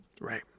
Right